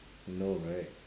no right